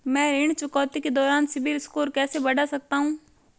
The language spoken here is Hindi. मैं ऋण चुकौती के दौरान सिबिल स्कोर कैसे बढ़ा सकता हूं?